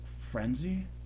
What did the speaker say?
Frenzy